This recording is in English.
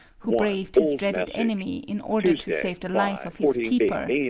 who braved his dreaded enemy in order to save the life of his keeper,